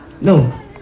no